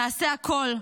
נעשה הכול,